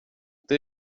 det